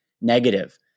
negative